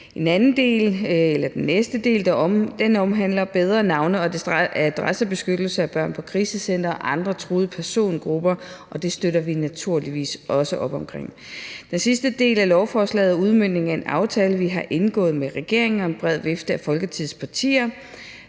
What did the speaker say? Den næste del omhandler bedre navne- og adressebeskyttelse af børn på krisecentre og af andre truede persongrupper, og det støtter vi naturligvis også op om. Den sidste del af lovforslaget er en udmøntning af en aftale, vi har indgået med regeringen og en bred vifte af Folketingets partier.